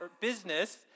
business